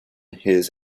his